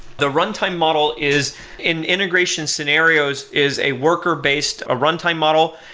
the runtime model is in integration scenarios is a worker based ah runtime model.